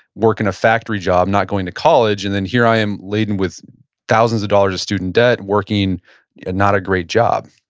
working a factory job, not going to college. and then here i am laden with thousands of dollars of student debt working a not a great job.